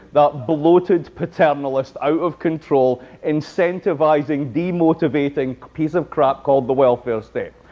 that bloated, paternalist, out of control, incentivizing, demotivating piece of crap called the welfare state.